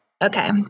Okay